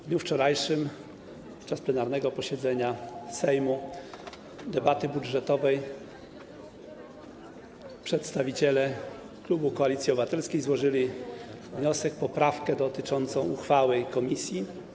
W dniu wczorajszym podczas plenarnego posiedzenia Sejmu, debaty budżetowej przedstawiciele klubu Koalicji Obywatelskiej złożyli wniosek, poprawkę dotyczącą uchwały komisji.